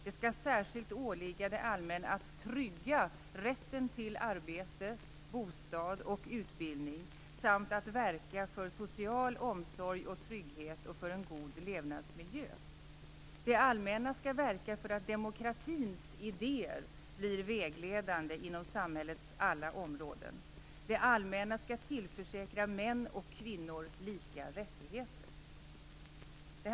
Det skall särskilt åligga det allmänna att trygga rätten till arbete, bostad och utbildning samt att verka för social omsorg och trygghet och för en god levnadsmiljö. Det allmänna skall verka för att demokratins idéer blir vägledande inom samhällets alla områden. Det allmänna skall tillförsäkra män och kvinnor lika rättigheter -."